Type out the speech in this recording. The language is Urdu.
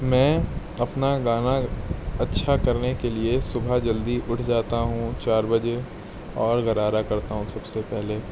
میں اپنا گانا اچھا کرنے کے لیے صبح جلدی اٹھ جاتا ہوں چار بجے اور غرارہ کرتا ہوں سب سے پہلے